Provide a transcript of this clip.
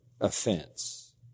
offense